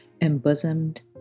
embosomed